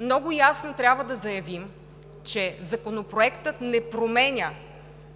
много ясно трябва да заявим, че Законопроектът не променя